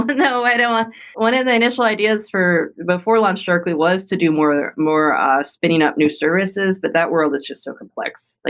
but no. and um ah one of the initial ideas before launchdarkly was to do more ah more ah spinning up new services, but that world is just so complex.